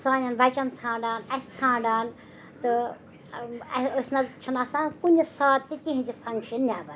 سانٮ۪ن بَچَن ژھانڈان اَسہِ ژھانڈان تہٕ أسۍ نَہ حظ چھِنہٕ آسان کُنہِ ساتہٕ تہِ تِہِنٛزِ فنٛکشَن نیٚبَر